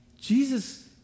Jesus